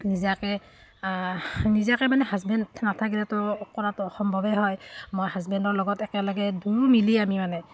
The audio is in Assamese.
নিজাকে নিজাকে মানে হাজবেণ্ড নাথাকিলেতো কৰাটো অসম্ভৱে হয় মই হাজবেণ্ডৰ লগত একেলগে দুয়ো মিলি আমি মানে